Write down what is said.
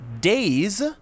Days